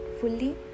fully